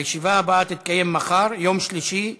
הישיבה הבאה תתקיים מחר, יום שלישי,